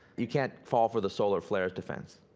you can't fall for the solar flares defense.